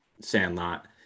Sandlot